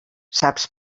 saps